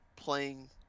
playing